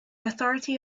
authority